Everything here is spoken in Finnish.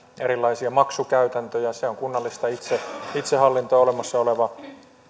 erilaisia maksukäytäntöjä se on kunnallista itsehallintoa olemassa oleva